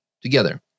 together